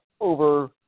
over